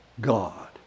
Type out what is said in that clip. God